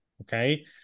okay